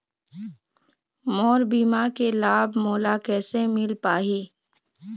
मोर बीमा के लाभ मोला कैसे मिल पाही?